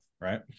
Right